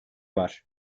var